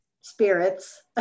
spirits